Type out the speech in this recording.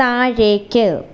താഴേക്ക്